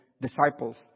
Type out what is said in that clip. disciples